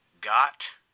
got